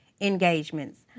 engagements